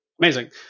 Amazing